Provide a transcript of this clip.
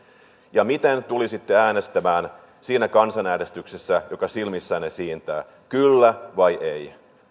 miten tulisitte äänestämään siinä kansanäänestyksessä joka silmissänne siintää kyllä vai ei